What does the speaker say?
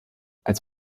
als